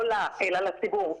לא לה, אלא לציבור.